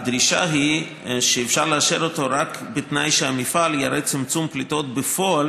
הדרישה היא שאפשר לאשר אותו רק בתנאי שהמפעל יראה צמצום פליטות בפועל